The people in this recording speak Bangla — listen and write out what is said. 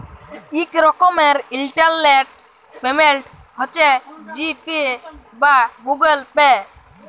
ইক রকমের ইলটারলেট পেমেল্ট হছে জি পে বা গুগল পে